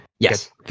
Yes